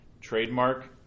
Trademark